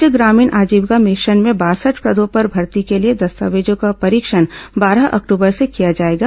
राज्य ग्रामीण आजीविका मिशन में बासठ पदों पर भर्ती के लिए दस्तावेजों का परीक्षण बारह अक्टूबर से किया जाएगा